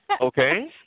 Okay